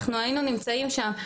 אנחנו היינו נמצאים שם,